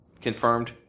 confirmed